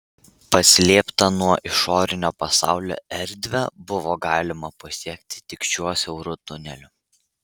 paslėptą nuo išorinio pasaulio erdvę buvo galima pasiekti tik šiuo siauru tuneliu